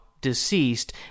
deceased